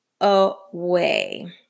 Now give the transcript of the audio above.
away